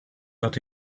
that